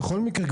בכל מקרה,